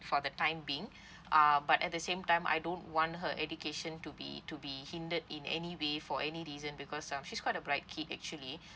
for the time being uh but at the same time I don't want her education to be to be hindered in any way for any reason because um she's quite a bright kid actually